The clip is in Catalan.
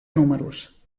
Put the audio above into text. números